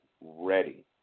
ready